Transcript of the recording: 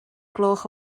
gloch